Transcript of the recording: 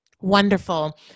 Wonderful